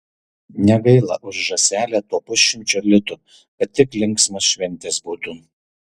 negaila už žąselę to pusšimčio litų kad tik linksmos šventės būtų